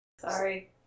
Sorry